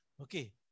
Okay